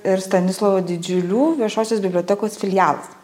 ir stanislovo didžiulių viešosios bibliotekos filialas